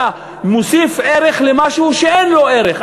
אתה מוסיף ערך למשהו שאין לו ערך,